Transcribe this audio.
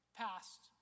passed